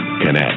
Connect